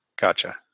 Gotcha